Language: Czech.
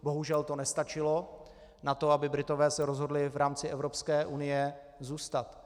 Bohužel to nestačilo na to, aby se Britové rozhodli v rámci Evropské unie zůstat.